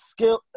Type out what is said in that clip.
Skill